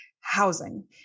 housing